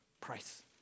price